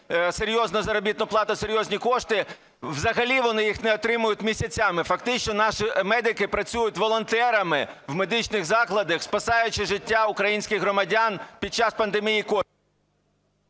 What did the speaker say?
серйозну заробітну плату, серйозні кошти. Взагалі вони їх не отримують місяцями, фактично наші медики працюють волонтерами в медичних закладах, спасаючи життя українських громадян під час пандемії…